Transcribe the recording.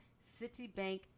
Citibank